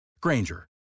Granger